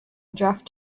draft